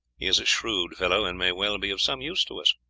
he is a shrewd fellow, and may well be of some use to us.